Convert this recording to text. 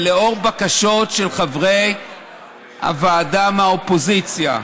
לאור בקשות של חברי הוועדה מהאופוזיציה,